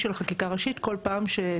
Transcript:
דבר אחד שאנחנו מבקשים,